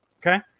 Okay